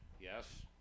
yes